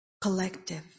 collective